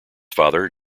father